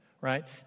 right